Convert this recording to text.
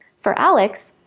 for alex,